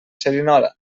xerinola